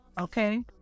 okay